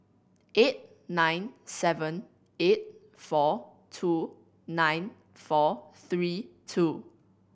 eight nine seven eight four two nine four three two